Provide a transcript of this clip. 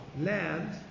land